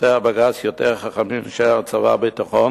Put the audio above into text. שופטי הבג"ץ יותר חכמים מאנשי הצבא והביטחון